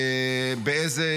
באיזה